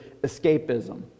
escapism